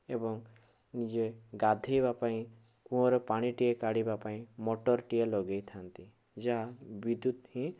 ଏବଂ ନିଜେ ଗାଧୋଇବା ପାଇଁ କୁଆରୁ ପାଣି ଟିକେ କାଢ଼ିବା ପାଇଁ ମଟରଟିଏ ଲଗେଇଥାନ୍ତି ଯାହା ବିଦ୍ୟୁତ ହିଁ